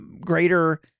greater